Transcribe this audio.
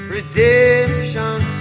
Redemption